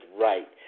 right